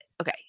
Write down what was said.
okay